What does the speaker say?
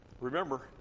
remember